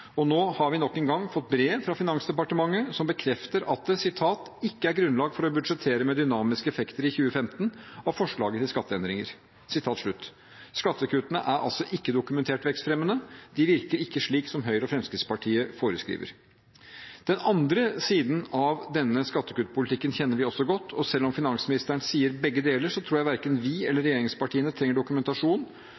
medisinen. Nå har vi nok en gang fått brev fra Finansdepartementet, som bekrefter at det ikke er «grunnlag for å budsjettere med dynamiske effekter i 2015 av forslagene til skatteendringer». Skattekuttene er altså ikke dokumentert som vekstfremmende. De virker ikke slik som Høyre og Fremskrittspartiet foreskriver. Den andre siden av denne skattekuttpolitikken kjenner vi også godt. Selv om finansministeren sier begge deler, tror jeg verken vi eller regjeringspartiene trenger dokumentasjon